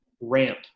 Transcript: ramp